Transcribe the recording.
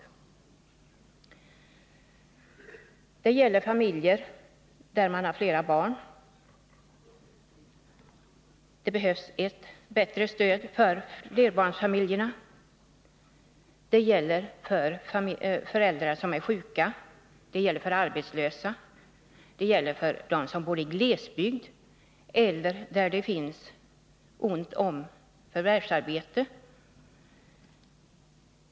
Förslaget gäller bl.a. familjer där man har flera barn. Det behövs ett bättre stöd för flerbarnsfamiljerna. Förslaget gäller även föräldrar som är sjuka, som är arbetslösa eller som bor i glesbygd eller där det är ont om förvärvsarbete.